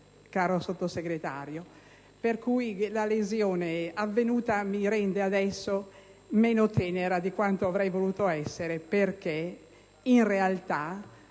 caro Sottosegretario. Pertanto, la lesione avvenuta mi rende adesso meno tenera di quanto avrei voluto essere perché in realtà,